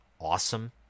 awesome